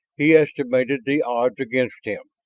he estimated the odds against him,